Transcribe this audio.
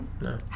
No